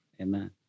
Amen